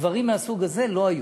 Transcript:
דברים מהסוג הזה לא היו.